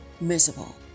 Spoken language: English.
miserable